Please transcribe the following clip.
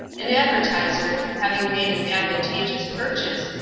an advertiser, having made an advantageous purchase,